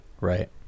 Right